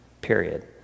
period